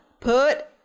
put